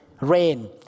rain